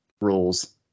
rules